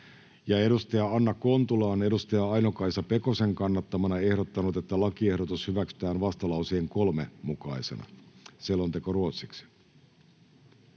edustaja Anna Kontula on edustaja Aino-Kaisa Pekosen kannattamana ehdottanut, että lakiehdotus hyväksytään vastalauseen 3 mukaisena. — Selonteko ruotsiksi.